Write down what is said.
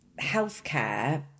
healthcare